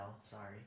sorry